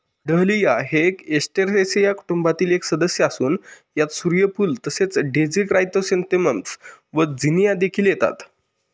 dahlia हे Asteraceae कुटुंबातील एक सदस्य असून यात सूर्यफूल तसेच डेझी क्रायसॅन्थेमम्स व झिनिया देखील येतात